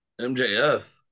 MJF